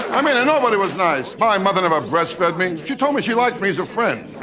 i mean and nobody was nice. my mother never breast fed me. she told me she liked me as a friend.